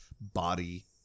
body